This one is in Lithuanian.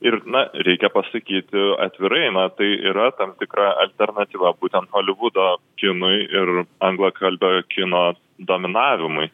ir na reikia pasakyti atvirai na tai yra tam tikra alternatyva būtent holivudo kinui ir anglakalbio kino dominavimui